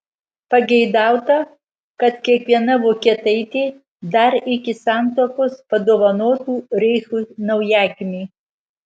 pageidauta kad kiekviena vokietaitė dar iki santuokos padovanotų reichui naujagimį